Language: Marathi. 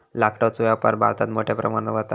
लाकडाचो व्यापार भारतात मोठ्या प्रमाणावर व्हता